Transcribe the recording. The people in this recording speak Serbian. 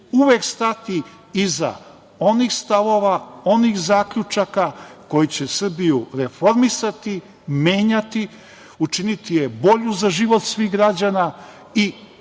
uvek stati iza onih stavova, onih zaključaka koji će Srbiju reformisati, menjati, učiniti je bolju za život svih građana i da